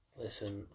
Listen